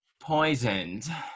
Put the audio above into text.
poisoned